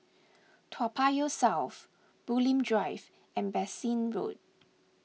Toa Payoh South Bulim Drive and Bassein Road